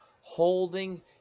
holding